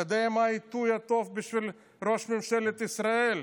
אתה יודע מה העיתוי הטוב בשביל ראש ממשלת ישראל?